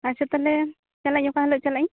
ᱟᱪᱪᱷᱟ ᱛᱟᱦᱚᱞᱮ ᱪᱟᱞᱟᱜ ᱤᱧ ᱚᱠᱟ ᱦᱤᱞᱟᱹᱜ ᱪᱟᱞᱟᱜ ᱤᱧ